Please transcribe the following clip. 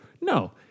No